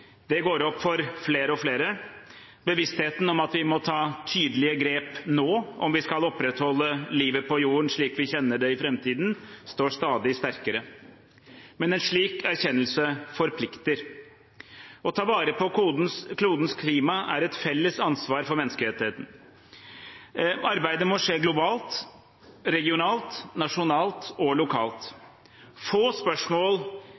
Det går opp for flere og flere. Bevisstheten om at vi må ta tydelige grep – nå – om vi skal kunne opprettholde livet på jorden slik vi kjenner det i framtiden, står stadig sterkere. Men en slik erkjennelse forplikter. Å ta vare på klodens klima er et felles ansvar for menneskeheten. Arbeidet må skje globalt, regionalt, nasjonalt og lokalt. Få spørsmål